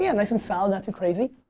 yeah nice and solid. not too crazy.